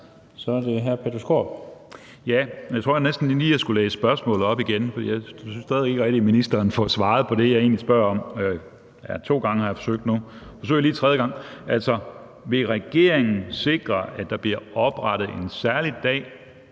16:01 Peter Skaarup (DF): Jeg tror næsten lige, jeg skulle læse spørgsmålet op igen, for jeg synes stadig ikke rigtig, ministeren får svaret på det, jeg egentlig spørger om. To gange har jeg forsøgt nu, og jeg forsøger lige en tredje gang. Altså: Vil regeringen sikre, at der bliver oprettet en særlig dag